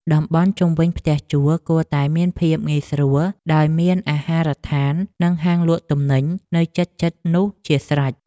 តំបន់ជុំវិញផ្ទះជួលគួរតែមានភាពងាយស្រួលដោយមានអាហារដ្ឋាននិងហាងលក់ទំនិញនៅជិតៗនោះជាស្រេច។